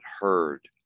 heard